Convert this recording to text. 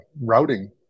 routing